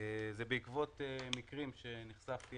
באה בעקבות מקרים אליהם נחשפתי